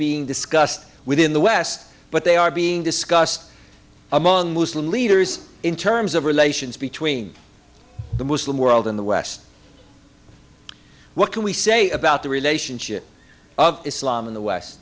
being discussed within the west but they are being discussed among muslim leaders in terms of relations between the muslim world in the west what can we say about the relationship of islam in the west